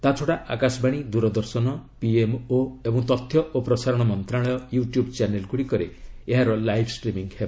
ତା୍ଚଡ଼ା Akashvani Doordarshan PMO ଏବଂ ତଥ୍ୟ ଓ ପ୍ରସାରଣ ମନ୍ତ୍ରଣାଳୟ ୟୁ ଟ୍ୟୁବ୍ ଚ୍ୟାନେଲ୍ଗୁଡ଼ିକରେ ଏହାର ଲାଇବ୍ ଷ୍ଟ୍ରିମିଂ ହେବ